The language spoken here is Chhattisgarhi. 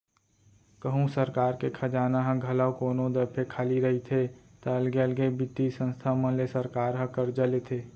कहूँ सरकार के खजाना ह घलौ कोनो दफे खाली रहिथे ता अलगे अलगे बित्तीय संस्था मन ले सरकार ह करजा लेथे